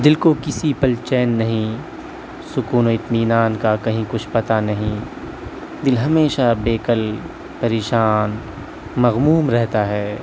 دل کو کسی پل چین نہیں سکون و اطمینان کا کہیں کچھ پتہ نہیں دل ہمیشہ بےعقل پریشان مغموم رہتا ہے